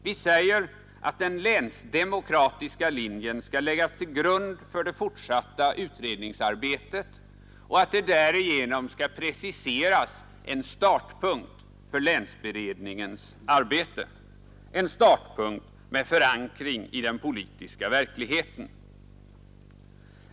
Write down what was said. Vi säger att den länsdemokratiska linjen skall läggas till grund för det fortsatta utredningsarbetet och att det därigenom skall preciseras en startpunkt för länsberedningens arbete — en startpunkt med förankring i den politiska verkligheten.